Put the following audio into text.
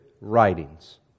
writings